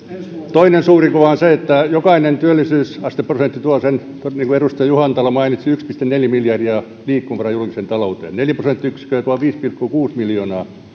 toinen suuri kuva on se että jokainen työllisyysasteprosentti tuo niin kuin edustaja juhantalo mainitsi yksi pilkku neljä miljardia liikkumavaraa julkiseen talouteen neljä prosenttiyksikköä tuo viisi pilkku kuusi